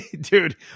dude